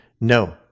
No